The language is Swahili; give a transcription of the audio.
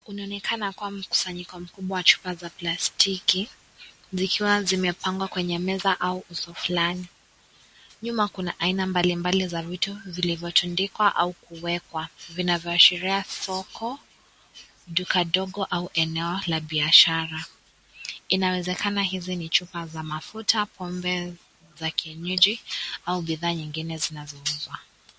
Unaonekana kuwa ni mkusanyiko mkubwa wa chupa za plastiki zikiwa zimepangwa kwenye meza au fulani. Nyuma kuna aina mbali mbali za vitu vilivyotundikwa au kuwekwa vinavyoashiria soko, duka ndogo au eneo la biashara. Inawezekana hizi ni chupa za mafuta, pombe za kienyeji au bidhaa nyingi zinazouzwa.